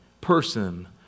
person